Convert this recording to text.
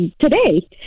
today